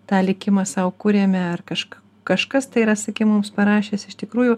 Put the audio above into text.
tą likimą sau kuriame ar kažką kažkas tai yra sykį mums parašęs iš tikrųjų